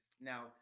Now